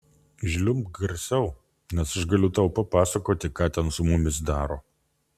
žliumbk garsiau nes aš galiu tau papasakoti ką ten su mumis daro